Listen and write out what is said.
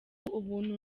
ubuntu